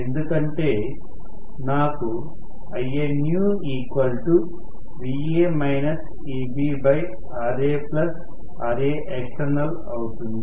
ఎందుకంటే నాకు IanewVa EbRaRaext అవుతుంది